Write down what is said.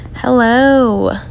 Hello